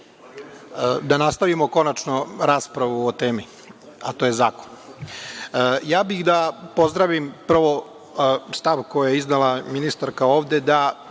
nastavimo konačno raspravu o temi, a to je zakon. Ja bih da prvo pozdravim stav koji je iznela ministarka ovde, da